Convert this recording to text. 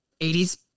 80s